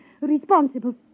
responsible